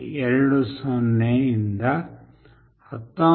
20 19